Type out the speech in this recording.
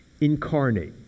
incarnate